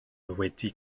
wedi